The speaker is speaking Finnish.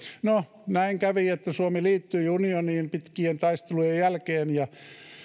no näin kävi että suomi liittyi unioniin pitkien taistelujen jälkeen ja